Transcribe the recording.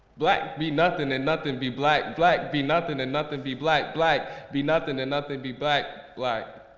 black be nothing and nothing be black. black be nothing and nothing be black. black be nothing and nothing be but black.